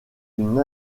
une